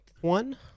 one